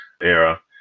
era